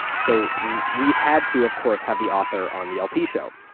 so we had to, of course, have the author on the lp show.